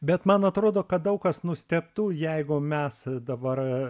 bet man atrodo kad daug kas nustebtų jeigu mes dabar